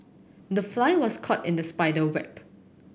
the fly was caught in the spider